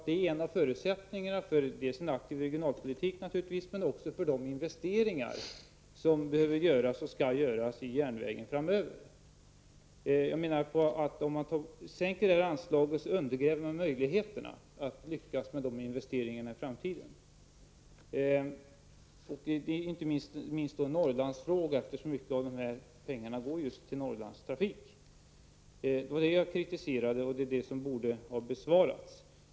Det är en av förutsättningarna för dels en aktiv regionalpolitik, dels de investeringar som behövs och skall göras i järnvägen framöver. Om man sänker anslaget menar jag att man undergräver möjligheterna att lyckas med investeringarna i framtiden. Det är inte minst en Norrlandsfråga eftersom en stor del av dessa pengar går till just Norrlandstrafik. Det är det jag kritiserade, och det är detta som borde ha besvarats.